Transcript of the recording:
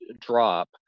drop